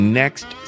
next